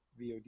VOD